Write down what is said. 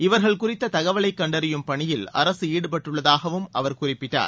இவர்கள் குறித்ததகவலைகண்டறியும் பணியில் அரசாடுபட்டுள்ளதாகவும் அவர் குறிப்பிட்டார்